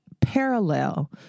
parallel